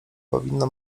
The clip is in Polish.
powinno